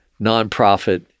nonprofit